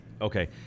Okay